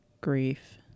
grief